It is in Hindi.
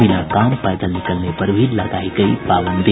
बिना काम पैदल निकलने पर भी लगायी गयी पाबंदी